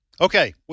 Okay